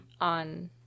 on